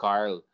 Carl